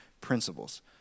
principles